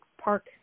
park